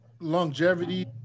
longevity